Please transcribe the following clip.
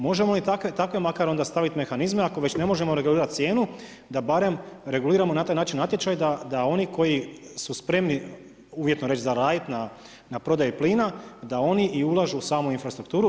Možemo li takve makar onda stavit mehanizme ako već ne možemo regulirati cijenu da barem reguliramo na taj način natječaj, da oni koji su spremni uvjetno za reći raditi na prodaji plina da oni i ulažu u samu infrastrukturu.